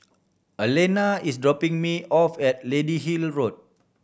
Allena is dropping me off at Lady Hill Road